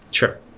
sure.